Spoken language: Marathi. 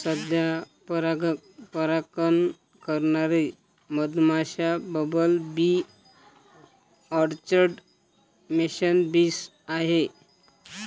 सध्या परागकण करणारे मधमाश्या, bumble bee, orchard mason bees आहेत